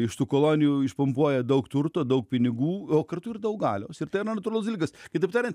iš tų kolonijų išpumpuoja daug turto daug pinigų o kartu ir daug galios ir tai yra natūralus dalykas kitaip tariant